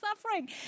suffering